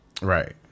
Right